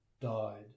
died